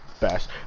best